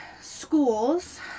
schools